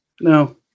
no